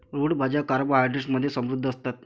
route भाज्या carbohydrates मध्ये समृद्ध असतात